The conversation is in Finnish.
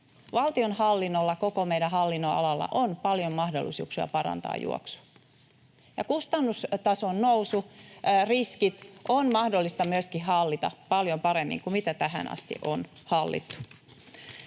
Valtionhallinnolla, koko meidän hallinnonalallamme, on paljon mahdollisuuksia parantaa juoksua. Ja kustannustason nousuriskit on mahdollista myöskin hallita paljon paremmin kuin tähän asti on hallittu.